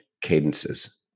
cadences